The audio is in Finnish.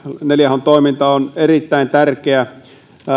neljä h toiminta on erittäin tärkeä